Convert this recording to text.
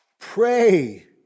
Pray